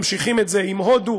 ממשיכים את זה עם הודו,